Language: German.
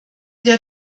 der